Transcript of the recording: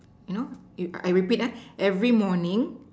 you know you I repeat ah every morning